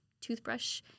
toothbrush